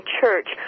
Church